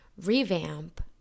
revamp